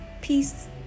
Peace